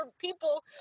people